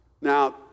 now